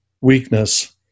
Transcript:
weakness